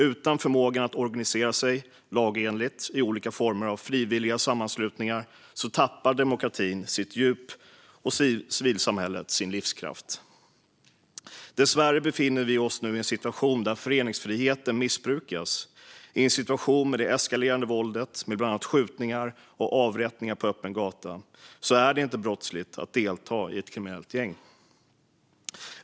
Utan förmågan att organisera sig lagenligt i olika former av frivilliga sammanslutningar tappar demokratin sitt djup och civilsamhället sin livskraft. Dessvärre befinner vi oss nu i en situation där föreningsfriheten missbrukas. I en situation där våldet eskalerar - det är bland annat skjutningar och avrättningar på öppen gata - är det inte brottsligt att delta i ett kriminellt gäng.